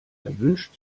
erwünscht